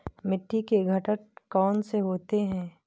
मिट्टी के घटक कौन से होते हैं?